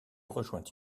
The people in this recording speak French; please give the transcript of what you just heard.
rejoint